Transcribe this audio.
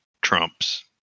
trumps